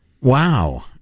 Wow